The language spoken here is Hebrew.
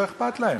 לא אכפת להם.